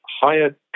higher